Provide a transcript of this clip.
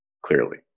clearly